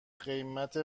قیمت